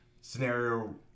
scenario